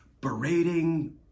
berating